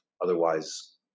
otherwise